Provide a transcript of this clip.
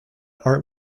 art